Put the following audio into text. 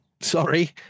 sorry